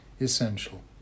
essential